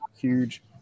huge